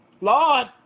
Lord